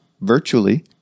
virtually